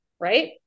right